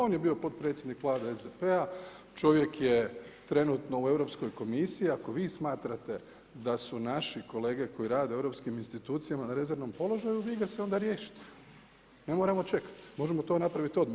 On je bio potpredsjednik Vlade SDP-a, čovjek je trenutno u Europskoj komisiji, ako vi smatrate da su naši kolege koje rade u europskim institucijama na rezervnom položaju vi ga se onda riješite, ne moramo čekati, možemo to napraviti odmah.